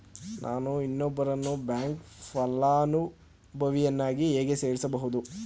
ನಾನು ಇನ್ನೊಬ್ಬರನ್ನು ಬ್ಯಾಂಕ್ ಫಲಾನುಭವಿಯನ್ನಾಗಿ ಹೇಗೆ ಸೇರಿಸಬಹುದು?